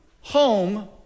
home